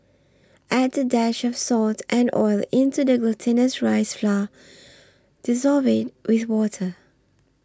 add a dash of salt and oil into the glutinous rice flour dissolve it with water